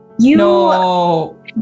No